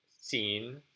scene